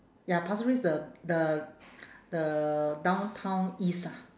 ya pasir ris the the the downtown east ah